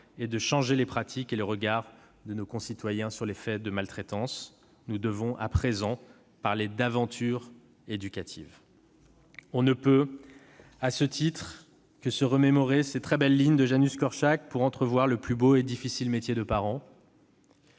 de changer les pratiques et le regard de nos concitoyens sur les faits de maltraitance. Nous devons désormais parler d'aventure éducative. On peut, à ce titre, se remémorer les très belles lignes de Janusz Korczak pour entrevoir le plus beau et difficile métier de parent